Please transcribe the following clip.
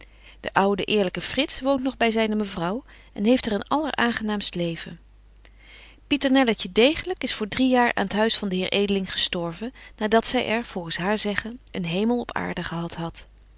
de oude eerlyke frits woont nog by zyne mevrouw en heeft er een alleraangenaamst leven pieternelletje deegelyk is voor drie jaar aan t huis van den heer edeling gestorven na dat zy er volgens haar zeggen een hemel op aarde gehad hadt